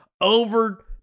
over